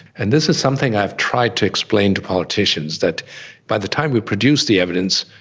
and this is something i've tried to explain to politicians, that by the time we produce the evidence,